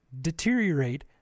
deteriorate